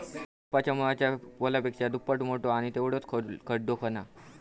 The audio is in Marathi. रोपाच्या मुळाच्या बॉलपेक्षा दुप्पट मोठो आणि तेवढोच खोल खड्डो खणा